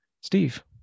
Steve